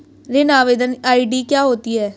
ऋण आवेदन आई.डी क्या होती है?